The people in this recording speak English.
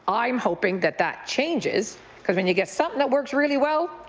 i'm hoping that that changes because then you get something that works really well,